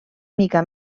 mica